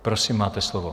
Prosím, máte slovo.